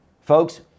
Folks